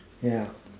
ya